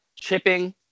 chipping